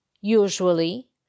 Usually